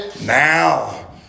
Now